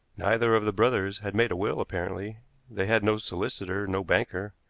neither of the brothers had made a will apparently they had no solicitor, no banker.